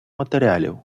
матеріалів